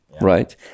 right